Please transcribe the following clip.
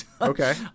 Okay